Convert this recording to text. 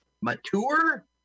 Mature